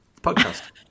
Podcast